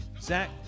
Zach